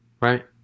Right